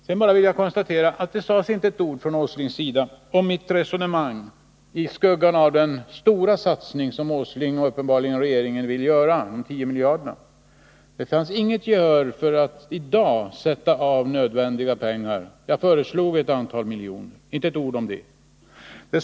Sedan vill jag bara konstatera att Nils Åsling inte sade ett ord om mitt resonemang i skuggan av den stora satsning som Nils Åsling och uppenbarligen regeringen vill göra — alltså de tio miljarderna. Jag kunde inte vinna något gehör för att man i dag skall anslå nödvändiga pengar. Jag föreslog ett antal miljoner, men det sades inte ett ord om den saken.